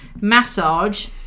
massage